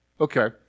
Okay